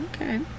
Okay